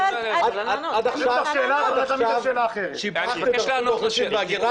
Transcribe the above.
עד עכשיו שיבחת את רשות האוכלוסין וההגירה,